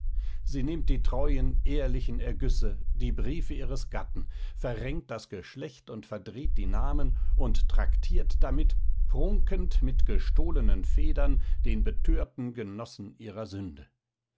sie nimmt die treuen ehrlichen ergüsse die briefe des gatten verrenkt das geschlecht und verdreht die namen und traktiert damit prunkend mit gestohlenen federn den betörten genossen ihrer sünde